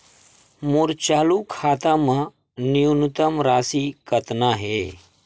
मोर चालू खाता मा न्यूनतम राशि कतना हे?